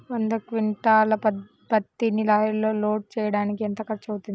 వంద క్వింటాళ్ల పత్తిని లారీలో లోడ్ చేయడానికి ఎంత ఖర్చవుతుంది?